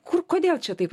kur kodėl čia taip